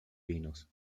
pinos